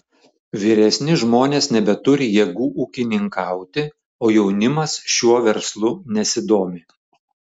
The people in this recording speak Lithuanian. vyresni žmonės nebeturi jėgų ūkininkauti o jaunimas šiuo verslu nesidomi